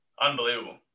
Unbelievable